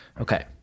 Okay